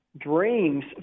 dreams